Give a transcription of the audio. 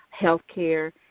healthcare